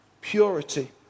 purity